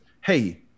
Hey